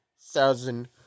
thousand